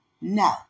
No